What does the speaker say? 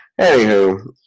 Anywho